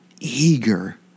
eager